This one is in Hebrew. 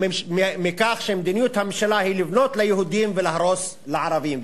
מכך שמדיניות הממשלה היא לבנות ליהודים ולהרוס לערבים.